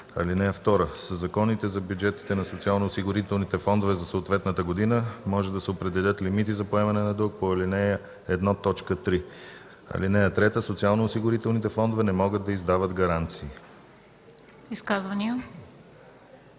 книжа. (2) Със законите за бюджетите на социалноосигурителните фондове за съответната година може да се определят лимити за поемане на дълг по ал. 1, т. 3. (3) Социалноосигурителните фондове не могат да издават гаранции.“